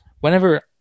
Whenever